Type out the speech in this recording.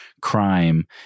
crime